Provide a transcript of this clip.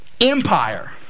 empire